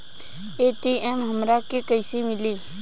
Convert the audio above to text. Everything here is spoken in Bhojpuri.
ए.टी.एम हमरा के कइसे मिली?